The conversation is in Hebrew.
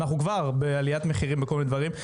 אנחנו כבר בעליית מחירים בכל מיני דברים,